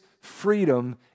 freedom